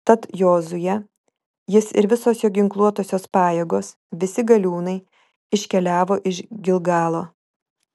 tad jozuė jis ir visos jo ginkluotosios pajėgos visi galiūnai iškeliavo iš gilgalo